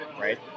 right